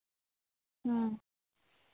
ᱦᱮᱸ